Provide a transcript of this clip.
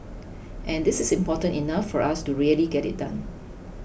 and this is important enough for us to really get it done